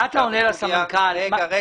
מה אתה עונה לסמנכ"ל מרכבים?